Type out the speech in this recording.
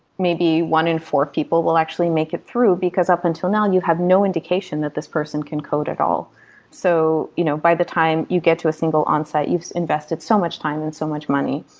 maybe one in four people will actually make it through, because up until now you have no indication that this person can code at all so you know by the time you get to a single onsite, you've invested so much time and so much money.